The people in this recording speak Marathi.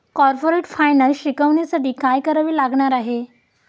कॉर्पोरेट फायनान्स शिकण्यासाठी काय करावे लागणार आहे?